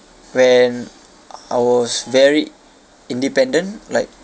when I was very independent like